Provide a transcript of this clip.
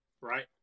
right